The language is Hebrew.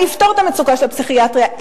אני אפתור את המצוקה של הפסיכיאטריה?